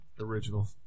original